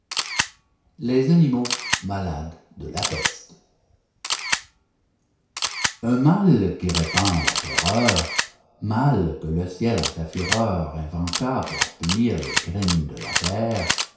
un mal qui répand la terreur mal que le ciel en sa fureur inventa pour punir les crimes de la terre